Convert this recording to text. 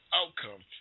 outcome